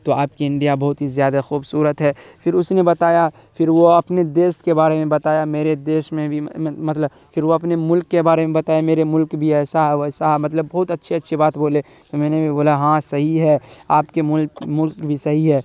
تو آپ کے انڈیا بہت ہی زیادہ خوبصورت ہے پھر اس نے بتایا پھر وہ اپنے دیس کے بارے میں بتایا میرے دیش میں بھی مطلب پھر وہ اپنے ملک کے بارے میں بتایا میرے ملک بھی ایسا ہے ویسا ہے بہت اچھے اچھے بات بولے میں نے بھی بولا ہاں سہی ہے آپ کےملک ملک بھی سہی ہے